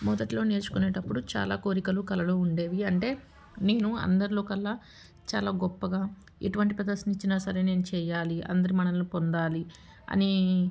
మొదటలో నేర్చుకునేటప్పుడు చాలా కోరికలు కలలు ఉండేవి అంటే నేను అందరిలోకల్లా చాలా గొప్పగా ఎటువంటి ప్రదర్శన ఇచ్చినా సరే నేను చేయాలి అందరి మన్ననలనీ పొందాలి అని